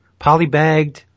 polybagged